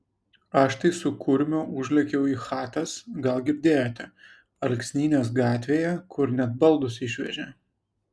aš tai su kurmiu užlėkiau į chatas gal girdėjote alksnynės gatvėje kur net baldus išvežė